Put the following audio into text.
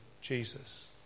Jesus